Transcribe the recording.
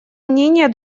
мнения